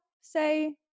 say